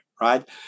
right